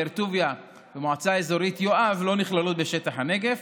באר טוביה והמועצה האזורית יואב לא נכללות בשטח הנגב,